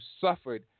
suffered